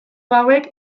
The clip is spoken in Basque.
hauek